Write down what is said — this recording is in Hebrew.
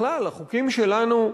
בכלל החוקים שלנו,